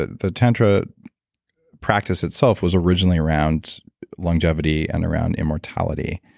ah the tantra practice, itself, was originally around longevity and around immortality.